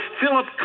Philip